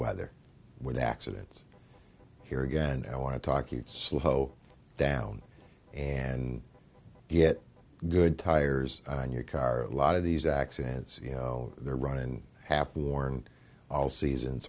weather with accidents here again i want to talk you slow down and get good tires on your car a lot of these accidents you know they're running half worn all